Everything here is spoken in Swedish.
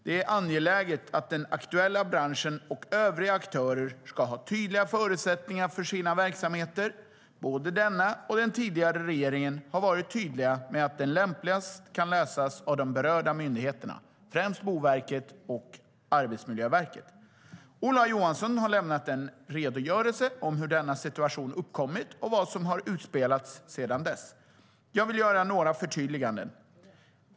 Det är angeläget att den aktuella branschen och övriga aktörer har tydliga förutsättningar för sina verksamheter. Både denna regering och den tidigare regeringen har varit tydliga med att detta lämpligast kan lösas av de berörda myndigheterna, främst Boverket och Arbetsmiljöverket. Ola Johansson har lämnat en redogörelse om hur denna situation uppkommit och vad som har utspelats sedan dess. Jag vill göra några förtydliganden.